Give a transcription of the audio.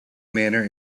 manor